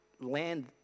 land